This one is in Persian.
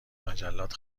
مجلات